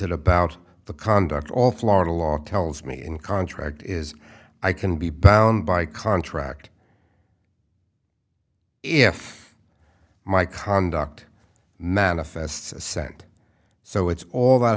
it about the conduct all florida law tells me in contract is i can be bound by contract if my conduct manifests assent so it's all that